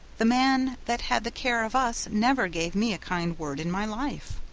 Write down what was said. the man that had the care of us never gave me a kind word in my life.